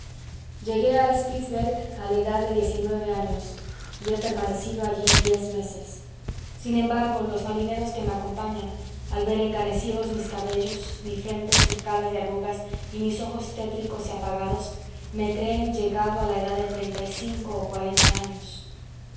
llegué al spitzberg a la edad de diez y nueve años y he permanecido allí diez meses sin embargo los marineros que me acompañan al ver encanecidos mis cabellos mi frente surcada de arrugas y mis ojos tétricos y apagados me creen llegado a la edad de treinta y cinco o cuarenta años